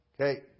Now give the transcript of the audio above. okay